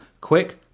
Quick